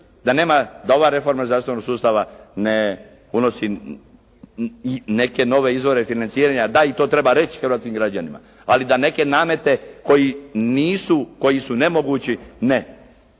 pričali, da ova reforma zdravstvenog sustava ne unosi neke nove izvore financiranja, da i to treba reći hrvatskim građanima. Ali da neke namete koji su nemogući ne.